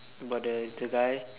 about the the guy